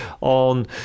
on